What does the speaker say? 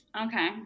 okay